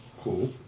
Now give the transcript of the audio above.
Cool